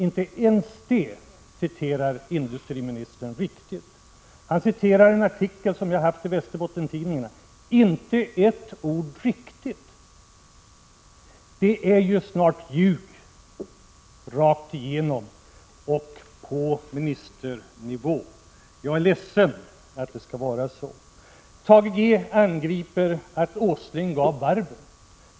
Inte ens det citerar industriministern riktigt. Han citerar en artikel som jag har haft i Västerbottenstidningarna — inte ett ord riktigt! Det är snart ljug rakt igenom, och det på ministernivå! Jag är ledsen att det skall vara så. Thage G. Peterson kritiserar att Åsling gav varven stöd.